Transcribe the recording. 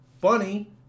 funny